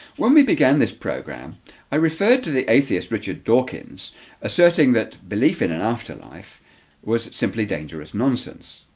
when we began this program i referred to the atheist richard dawkins asserting that belief in an afterlife was simply dangerous nonsense